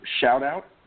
shout-out